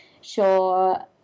sure